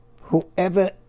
Whoever